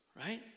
Right